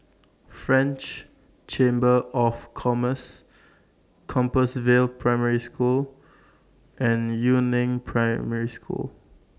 French Chamber of Commerce Compassvale Primary School and Yu Neng Primary School